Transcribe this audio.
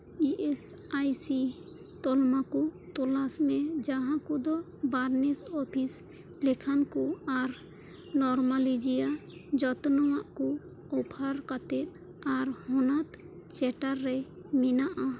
E S I C ᱛᱟᱞᱢᱟ ᱠᱩ ᱛᱚᱞᱟᱥ ᱢᱮ ᱡᱟᱦᱟᱸ ᱠᱩᱫᱚ ᱵᱨᱟᱧᱪ ᱚᱯᱷᱤᱥ ᱞᱮᱠᱷᱟᱱ ᱠᱩ ᱟᱨ ᱱᱤᱭᱩᱨᱳᱞᱚᱡᱤ ᱡᱚᱛᱱᱟᱣ ᱠᱚ ᱚᱯᱷᱟᱨ ᱠᱟᱛᱮᱫ ᱟᱨ ᱦᱚᱱᱚᱛ ᱪᱟᱛᱨᱟ ᱨᱮ ᱢᱮᱱᱟᱜ ᱟ